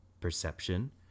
perception